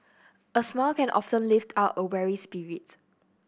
a smile can often lift up a weary spirit